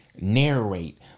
narrate